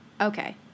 Okay